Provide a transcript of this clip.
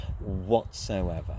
whatsoever